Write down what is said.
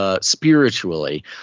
spiritually